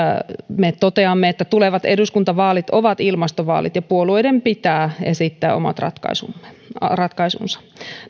me toteamme että tulevat eduskuntavaalit ovat ilmastovaalit ja puolueiden pitää esittää omat ratkaisunsa